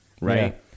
right